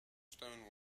stone